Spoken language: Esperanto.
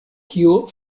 kio